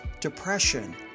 depression